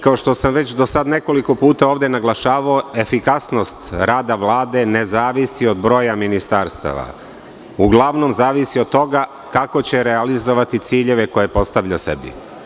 Kao što sam to već nekoliko puta ovde naglašavao efikasnost rada Vlade ne zavisi od broja ministarstava, uglavnom zavisi od toga kako će realizovati ciljeve koje postavlja sebi.